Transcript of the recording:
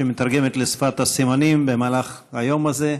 שמתרגמת לשפת הסימנים במהלך היום הזה.